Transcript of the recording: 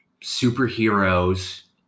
superheroes